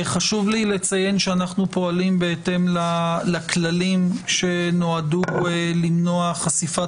חשוב לי לציין שאנחנו פועלים בהתאם לכללים שנועדו למנוע חשיפת